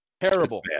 Terrible